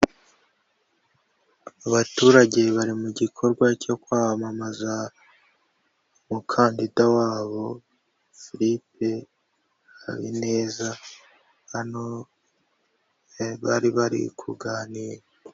Abaturage bari mu gikorwa cyo kwamamaza umukandida wabo Philipe Habineza hano bari bari kuganira.